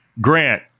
Grant